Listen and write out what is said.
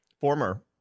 Former